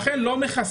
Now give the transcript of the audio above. לכן לא מחסנים.